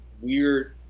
weird